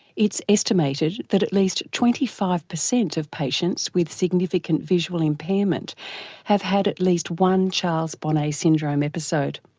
it's estimated that at least twenty five percent of patients with significant visual impairment have had at least one charles bonnet syndrome episode.